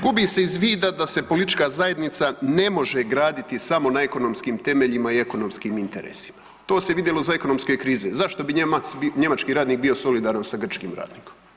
Gubi se iz vida da se politička zajednica ne može graditi samo na ekonomskim temeljima i ekonomskim interesima, to se vidjelo iz ekonomske krize, zašto bi Nijemac, njemački radnik bio solidaran sa grčkim radnikom?